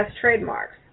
trademarks